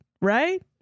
right